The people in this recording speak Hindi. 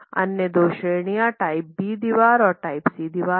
अन्य दो श्रेणियां टाइप बी दीवार और टाइप सी दीवार हैं